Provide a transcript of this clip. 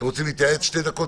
אם אתם רוצים להתייעץ שתי דקות,